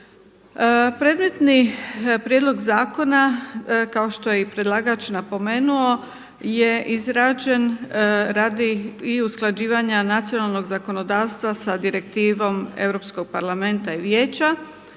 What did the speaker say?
Predmetni prijedlog zakona kao što je i predlagač napomenuo je izrađen radi i usklađivanja nacionalnog zakonodavstva sa direktivom Europskog parlamenta i Vijeća